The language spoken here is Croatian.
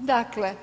Dakle,